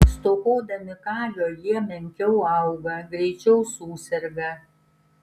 stokodami kalio jie menkiau auga greičiau suserga